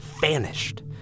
vanished